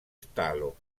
stallo